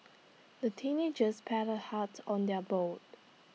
the teenagers paddled hard on their boat